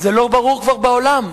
זה לא ברור כבר בעולם.